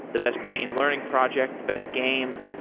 the best machine learning project, the best game.